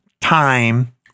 time